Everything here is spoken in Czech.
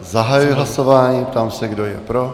Zahajuji hlasování, ptám se, kdo je pro.